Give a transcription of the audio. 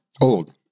Old